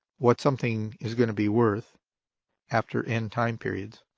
what something is going to be worth after n time periods,